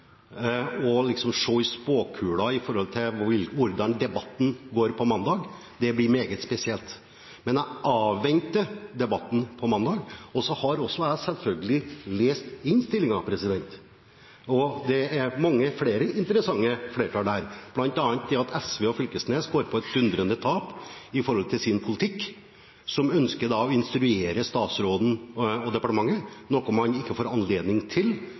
og liksom skulle se i spåkulen med hensyn til hvordan debatten går på mandag, blir meget spesielt. Men jeg avventer debatten på mandag. Jeg også har selvfølgelig lest innstillingen, og det er mange flere interessante flertall der, bl.a. at SV og representanten Knag Fylkesnes går på et dundrende tap når det gjelder deres politikk, som handler om at de ønsker å instruere statsråden og departementet, noe man ikke får anledning til.